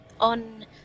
on